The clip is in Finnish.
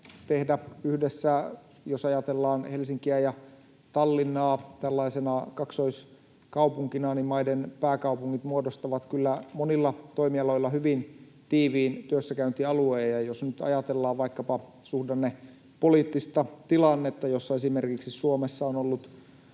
tehdä yhdessä. Jos ajatellaan Helsinkiä ja Tallinnaa tällaisena kaksoiskaupunkina, niin maiden pääkaupungit muodostavat kyllä monilla toimialoilla hyvin tiiviin työssäkäyntialueen. Jos nyt ajatellaan vaikkapa suhdannepoliittista tilannetta, jossa esimerkiksi Suomessa on ollut